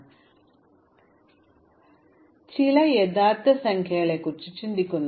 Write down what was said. അതിനാൽ ഭാരോദ്വഹനം ഓരോ അരികിലും E ചില സംഖ്യകൾ നിർണ്ണയിക്കുന്നു അതിനാൽ ഇവ ചില യഥാർത്ഥ സംഖ്യകളെക്കുറിച്ച് ചിന്തിക്കുന്നു